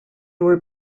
were